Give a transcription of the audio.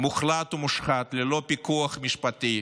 מוחלט ומושחת ללא פיקוח משפטי,